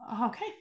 okay